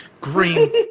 Green